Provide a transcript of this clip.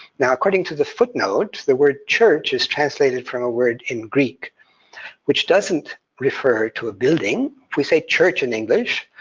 now according to the footnote, the word church is translated from a word in greek which doesn't refer to a building. when we say church in english,